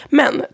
men